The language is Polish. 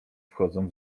wchodzą